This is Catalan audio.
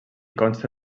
consta